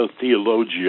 Theologia